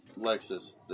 Lexus